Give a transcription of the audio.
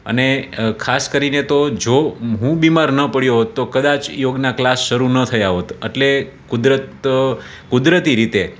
અને ખાસ કરીને તો જો હું બીમાર ન પડ્યો હોત તો કદાચ યોગનાં ક્લાસ શરૂ ન થયા હોત એટલે કુદરત કુદરતી રીતે